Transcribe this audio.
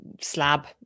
slab